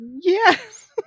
Yes